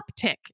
uptick